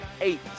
eight